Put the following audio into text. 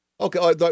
Okay